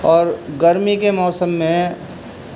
اور گرمی کے موسم میں